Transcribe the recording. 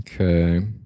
Okay